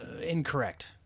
Incorrect